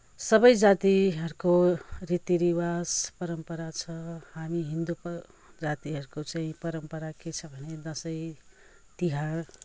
सबै जातिहरूको रीति रिवाज परम्परा छ हामी हिन्दूको जातिहरूको चाहिँ परम्परा के छ भने दसैँ तिहार